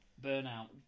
Burnout